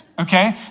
Okay